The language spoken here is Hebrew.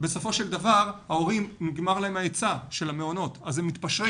בסופו של דבר להורים נגמר ההיצע של המעונות והם מתפשרים.